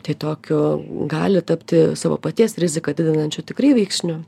tai tokiu gali tapti savo paties riziką didinančiu tikrai veiksniu